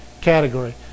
category